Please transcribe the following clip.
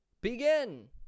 begin